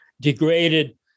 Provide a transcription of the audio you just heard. degraded